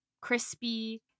crispy